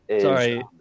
Sorry